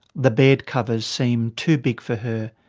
the bed covers seemed too big for her.